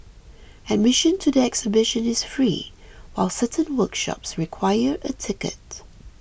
admission to the exhibition is free while certain workshops require a ticket